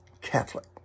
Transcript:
Catholic